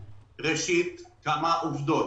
ראשית, כמה עובדות.